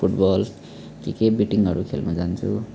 foot बल के के बिटिङहरू खेल्नु जान्छु